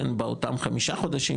באותם חמישה חודשים,